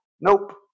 Nope